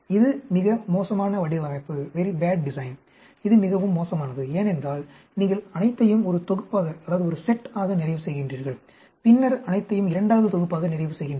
இது மிக மோசமான வடிவமைப்பு இது மிகவும் மோசமானது ஏனென்றால் நீங்கள் அனைத்தையும் ஒரு தொகுப்பாக நிறைவு செய்கின்றீர்கள் பின்னர் அனைத்தையும் இரண்டாவது தொகுப்பாக நிறைவு செய்கின்றீர்கள்